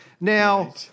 Now